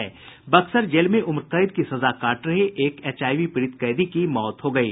Buxar jail में उम्रकैद की सजा काट रहे एक एचआईवी पीड़ित कैदी की मौत हो गयी